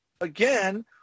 again